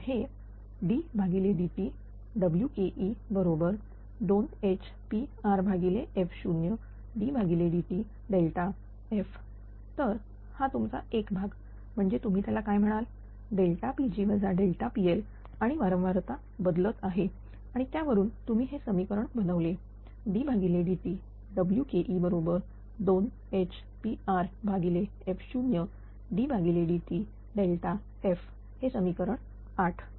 तर हे ddt Wke बरोबर2Hprf0d dt तर हा तुमचा एक भाग म्हणजे तुम्ही त्याला काय म्हणाल Pg PLआणि वारंवारता बदलत आहे आणि त्यावरून तुम्ही हे समीकरण बनवले ddt Wke बरोबर 2Hprf0d dt हे समीकरण 8